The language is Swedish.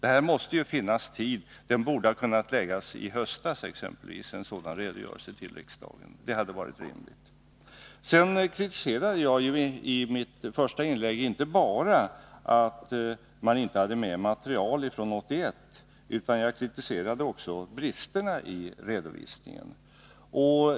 En sådan redogörelse borde t.ex. ha kunnat läggas fram i höstas — det hade varit rimligt. I mitt första inlägg kritiserade jag inte bara att man inte hade med material från 1981, utan jag kritiserade också bristerna i redovisningen.